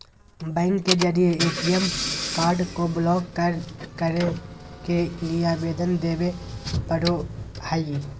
bank के जरिए ATM card को ब्लॉक करे के लिए आवेदन देबे पड़ो हइ